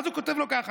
ואז הוא כותב לו ככה: